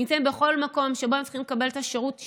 נמצאים בכל מקום שבו הם צריכים לקבל את השירות שלנו,